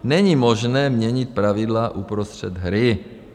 Není možné měnit pravidla uprostřed hry.